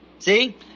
See